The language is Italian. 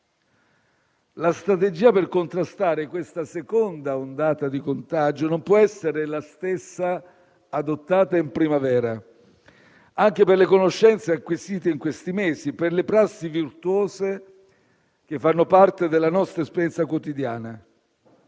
La strategia per contrastare questa seconda ondata di contagio non può essere la stessa adottata in primavera, anche per le conoscenze acquisite in questi mesi, per le prassi virtuose che fanno parte della nostra esperienza quotidiana.